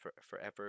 forever